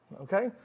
Okay